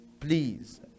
please